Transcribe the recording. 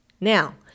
Now